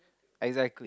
exactly